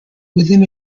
within